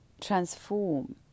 transform